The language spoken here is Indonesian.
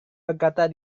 berkata